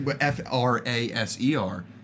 F-R-A-S-E-R